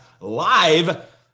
live